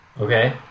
okay